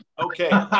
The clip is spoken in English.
Okay